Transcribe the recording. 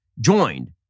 joined